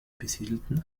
besiedelten